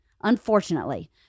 unfortunately